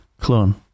clone